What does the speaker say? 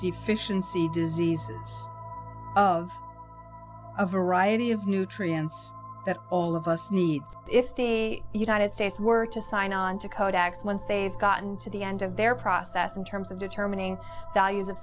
deficiency disease of a variety of nutrients that all of us need if day united states were to sign on to code x once they've gotten to the end of their process in terms of determining values of